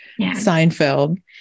Seinfeld